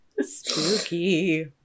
Spooky